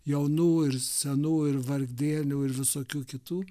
jaunų ir senų ir vargdienių ir visokių kitų